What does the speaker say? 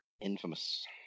Infamous